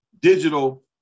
digital